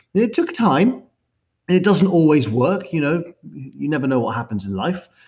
it took time, and it doesn't always work, you know you never know what happens in life,